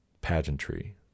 pageantry